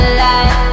Alive